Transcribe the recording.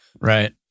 right